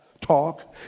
talk